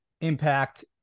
impact